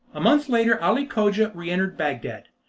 a month later ali cogia re-entered bagdad,